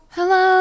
Hello